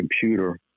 computer